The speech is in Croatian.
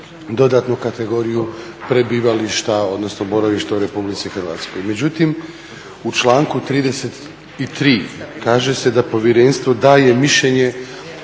dodatnu kategoriju prebivališta, odnosno boravišta u Republici Hrvatskoj. Međutim, u članku 33. kaže se da Povjerenstvo daje mišljenje